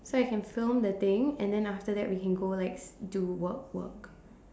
so I can film the thing and then after that we can go like do work work